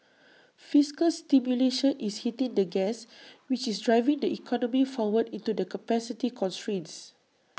fiscal stimulation is hitting the gas which is driving the economy forward into the capacity constraints